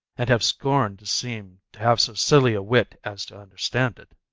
and have scorn'd to seem to have so silly a wit as to understand it.